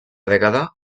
dècada